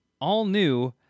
all-new